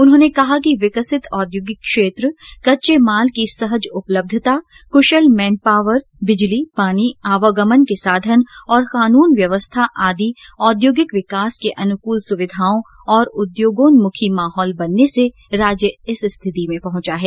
उन्होंने कहा कि विकसित औद्योगिक क्षेत्र कच्चे माल की सहज उपलब्धता कुशल मेन पॉवर बिजली पानी आवागमन के साधन और कानून व्यवस्था आदि औद्योगिक विकास के अनुकल सुविधाओं और उद्योगोन्मुखी माहौल बनने से राज्य इस स्थिति में पहुंचा है